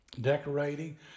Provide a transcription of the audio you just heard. decorating